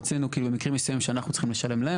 רצינו במקרים מסוימים שאנחנו צריכים לשלם להם,